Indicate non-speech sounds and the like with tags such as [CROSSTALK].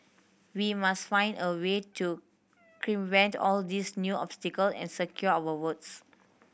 we must find a way to [UNINTELLIGIBLE] vent all these new obstacle and secure our votes